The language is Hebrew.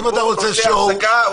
הוא רוצה הצגה.